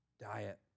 diet